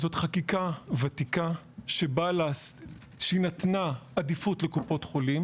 זאת חקיקה ותיקה שנתנה עדיפות לקופות חולים,